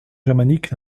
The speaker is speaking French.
germanique